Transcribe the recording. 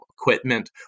equipment